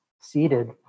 seated